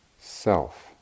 self